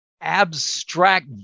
abstract